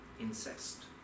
incest